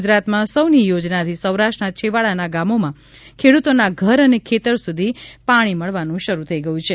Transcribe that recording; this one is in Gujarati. ગુજરાતમાં સૌની યોજનાથી સૌરાષ્ટ્રના છેવાડાના ગામોમાં ખેડૂતોના ઘર અને ખેતર સુધી પાણી મળવાનું શરૂ થઇ ગ્યું છે